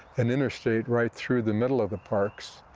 an interstate right through the middle of the parks.